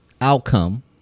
outcome